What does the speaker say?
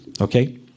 Okay